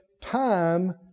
Time